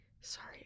sorry